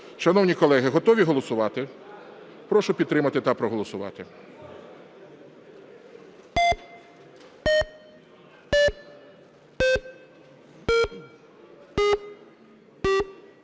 Шановні колеги, готові голосувати? Прошу підтримати та проголосувати.